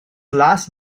last